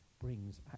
brings